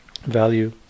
value